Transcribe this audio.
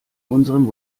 unserem